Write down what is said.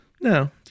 No